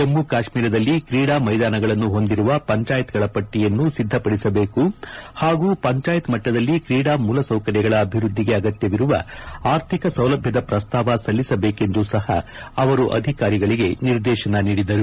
ಜಮ್ಮೆ ಕಾಶ್ಮೀರದಲ್ಲಿ ಕ್ರೀಡಾ ಮೈದಾನಗಳನ್ನು ಹೊಂದಿರುವ ಪಂಚಾಯತ್ಗಳ ಪಟ್ಟಿಯನ್ನು ಸಿದ್ದಪದಿಸಬೇಕು ಹಾಗೂ ಪಂಚಾಯಿತಿ ಮಟ್ಟದಲ್ಲಿ ಕ್ರೀಡಾ ಮೂಲಸೌಕರ್ಯಗಳ ಅಭಿವೃದ್ದಿಗೆ ಅಗತ್ಯವಿರುವ ಆರ್ಥಿಕ ಸೌಲಭ್ಯದ ಪ್ರಸ್ತಾವ ಸಲ್ಲಿಸಬೇಕೆಂದೂ ಸಹ ಅವರು ಅಧಿಕಾರಿಗಳಿಗೆ ನಿರ್ದೇಶನ ನೀಡಿದರು